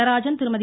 Natarajan Thirumathi